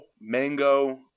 mango